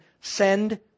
send